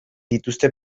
dituzte